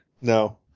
no